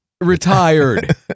Retired